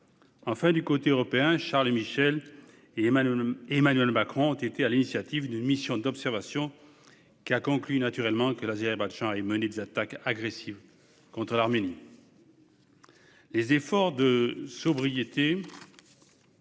Du côté européen, Charles Michel et Emmanuel Macron ont été à l'initiative d'une mission d'observation qui a conclu naturellement que l'Azerbaïdjan avait mené des attaques agressives contre l'Arménie. La particularité